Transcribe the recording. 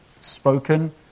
spoken